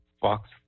Fox